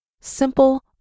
Simple